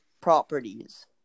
properties